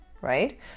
right